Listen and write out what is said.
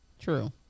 True